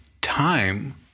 time